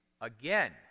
again